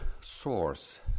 source